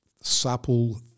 supple